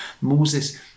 Moses